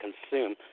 consume